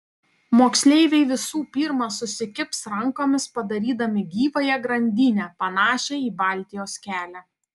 moksleiviai visų pirma susikibs rankomis padarydami gyvąją grandinę panašią į baltijos kelią